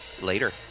Later